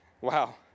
Wow